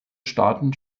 staaten